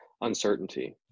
uncertainty